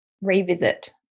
revisit